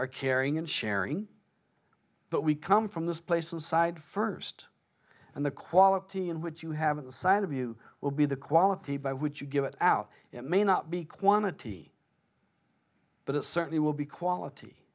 or caring and sharing but we come from this place inside first and the quality in which you have the side of you will be the quality by would you give it out it may not be quantity but it certainly will be quality